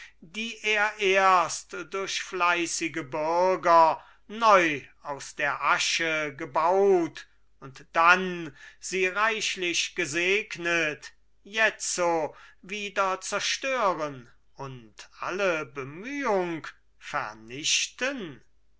die er erst durch fleißige bürger neu aus der asche gebaut und dann sie reichlich gesegnet jetzo wieder zerstören und alle bemühung vernichten